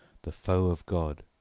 the foe of god,